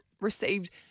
received